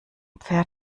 pferd